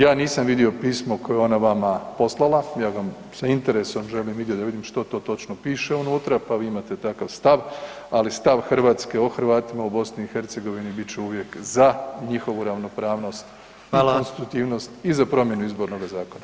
Ja nisam vidio pismo koje je ona vama poslala, ja ga sa interesom želim vidjeti da vidim što to točno piše unutra pa vi imate takav stav, ali stav Hrvatske o Hrvatima u BiH bit će uvijek za njihovu ravnopravnost i [[Upadica: Hvala.]] konstruktivnost i za promjenu izbornoga zakona.